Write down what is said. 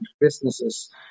businesses